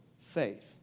faith